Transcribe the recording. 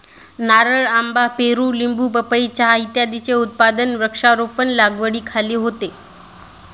नारळ, आंबा, पेरू, लिंबू, पपई, चहा इत्यादींचे उत्पादन वृक्षारोपण लागवडीखाली होते